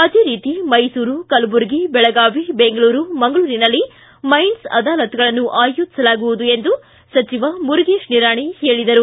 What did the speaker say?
ಅದೇ ರೀತಿ ಮೈಸೂರು ಕಲಬುರ್ಗಿ ಬೆಳಗಾವಿ ಬೆಂಗಳೂರು ಮಂಗಳೂರಿನಲ್ಲಿ ಮೈನ್ಸ್ ಅದಾಲತ್ಗಳನ್ನು ಆಯೋಜಿಸಲಾಗುವುದು ಎಂದು ಸಚಿವ ಮುರುಗೇಶ್ ನಿರಾಣಿ ತಿಳಿಸಿದರು